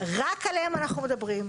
רק עליהם אנחנו מדברים.